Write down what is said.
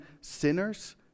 sinners